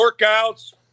workouts